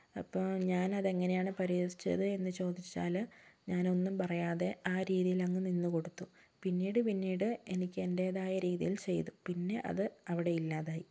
അപ്പോൾ ഞാൻ അതാ എങ്ങനെയാണ് പരിഹരിച്ചതെന്ന് ചോദിച്ചാൽ ഞാൻ ഒന്നും പറയാതെ ആ രീതിയിൽ അങ്ങ് നിന്ന് കൊടുത്തു പിന്നീട് പിന്നീട് എനിക്ക് എൻ്റേതായ രീതിയിൽ ചെയ്തു പിന്നെ അത് അവിടെ ഇല്ലാതായി